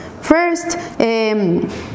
first